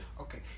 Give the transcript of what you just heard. Okay